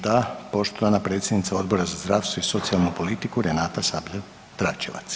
Da, poštovana predsjednica Odbora za zdravstvo i socijalnu politiku Renata Sabljar Dračevac.